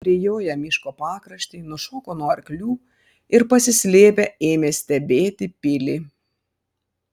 prijoję miško pakraštį nušoko nuo arklių ir pasislėpę ėmė stebėti pilį